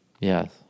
Yes